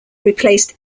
replaced